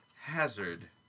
hazard